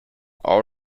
all